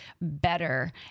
better